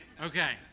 okay